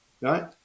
Right